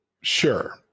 Sure